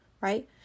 right